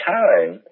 time